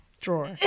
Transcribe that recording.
drawer